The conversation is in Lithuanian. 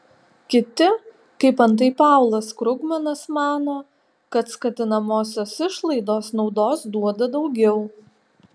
kiti kaip antai paulas krugmanas mano kad skatinamosios išlaidos naudos duoda daugiau